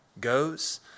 goes